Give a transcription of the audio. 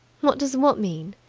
what does what mean?